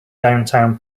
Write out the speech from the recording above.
downtown